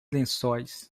lençóis